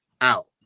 out